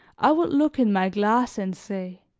i would look in my glass and say